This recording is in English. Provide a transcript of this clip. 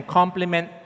complement